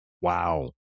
Wow